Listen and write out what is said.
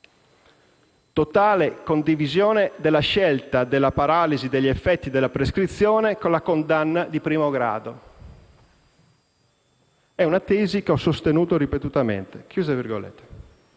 «Totale condivisione della scelta della paralisi degli effetti della prescrizione con la condanna di primo grado, una tesi che ho sostenuto ripetutamente».